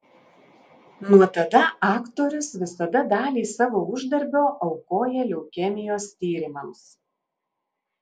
nuo tada aktorius visada dalį savo uždarbio aukoja leukemijos tyrimams